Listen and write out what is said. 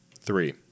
Three